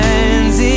Hands